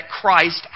Christ